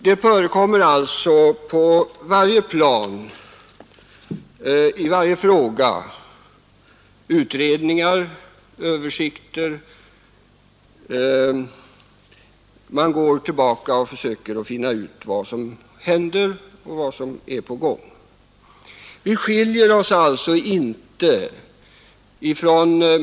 Det förekommer på varje plan och i varje fråga som reservanterna nämner utredningar och översikter, där man försöker ta reda på vad som hänt och vad som är på gång inom detta område.